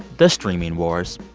the streaming wars.